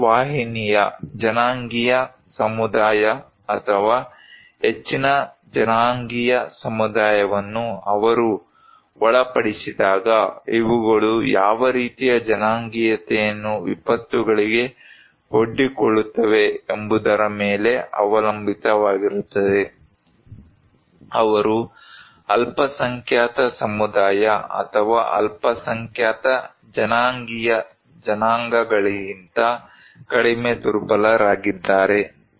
ಮುಖ್ಯವಾಹಿನಿಯ ಜನಾಂಗೀಯ ಸಮುದಾಯ ಅಥವಾ ಹೆಚ್ಚಿನ ಜನಾಂಗೀಯ ಸಮುದಾಯವನ್ನು ಅವರು ಒಳಪಡಿಸಿದಾಗ ಇವುಗಳು ಯಾವ ರೀತಿಯ ಜನಾಂಗೀಯತೆಯನ್ನು ವಿಪತ್ತುಗಳಿಗೆ ಒಡ್ಡಿಕೊಳ್ಳುತ್ತವೆ ಎಂಬುದರ ಮೇಲೆ ಅವಲಂಬಿತವಾಗಿರುತ್ತದೆ ಅವರು ಅಲ್ಪಸಂಖ್ಯಾತ ಸಮುದಾಯ ಅಥವಾ ಅಲ್ಪಸಂಖ್ಯಾತ ಜನಾಂಗೀಯ ಜನಾಂಗಗಳಿಗಿಂತ ಕಡಿಮೆ ದುರ್ಬಲರಾಗಿದ್ದಾರೆ